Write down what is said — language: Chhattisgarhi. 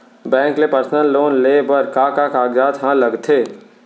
बैंक ले पर्सनल लोन लेये बर का का कागजात ह लगथे?